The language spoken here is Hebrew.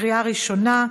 בקריאה ראשונה.